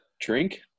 drink